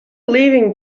leaving